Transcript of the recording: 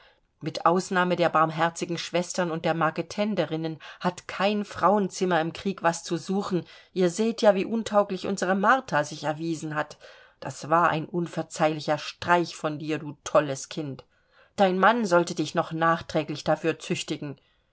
mit ausnahme der barmherzigen schwestern und der marketenderinnen hat kein frauenzimmer im krieg was zu suchen ihr seht ja wie untauglich unsere martha sich erwiesen hat das war ein unverzeihlicher streich von dir du tolles kind dein mann sollte dich noch nachträglich dafür züchtigen